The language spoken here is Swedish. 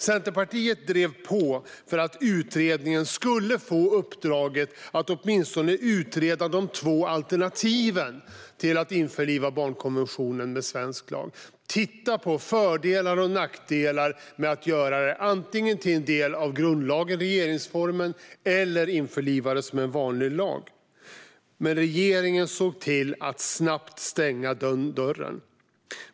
Centerpartiet drev på för att utredningen skulle få uppdraget att åtminstone utreda de två alternativen till att införliva barnkonventionen i svensk lag. Man borde ha tittat på fördelar och nackdelar med att antingen göra barnkonventionen till en del av grundlagen, i regeringsformen, eller införliva den som en vanlig lag. Men regeringen såg snabbt till att stänga den dörren.